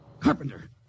Carpenter